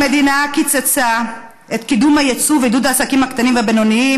המדינה קיצצה את קידום היצוא ועידוד העסקים הקטנים והבינוניים,